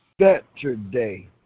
Saturday